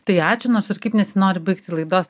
tai ačiū nors ir kaip nesinori baigti laidos